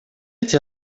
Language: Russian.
эти